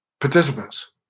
participants